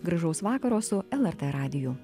gražaus vakaro su lrt radiju